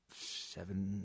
Seven